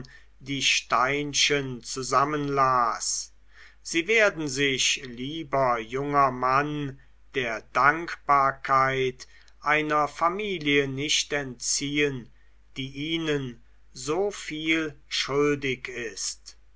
die steinchen zusammenlas sie werden sich lieber junger mann der dankbarkeit einer familie nicht entziehen die ihnen so viel schuldig ist